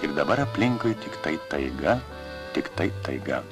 ir dabar aplinkui tiktai taiga tiktai taiga